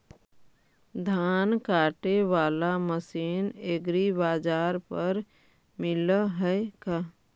धान काटे बाला मशीन एग्रीबाजार पर मिल है का?